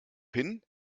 hin